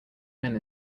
men